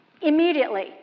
immediately